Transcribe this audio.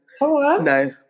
No